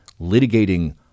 litigating